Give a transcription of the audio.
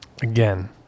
again